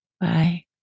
bye